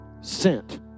sent